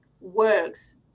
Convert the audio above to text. works